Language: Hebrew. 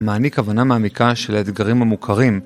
מעניק הבנה מעמיקה של האתגרים המוכרים